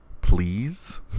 please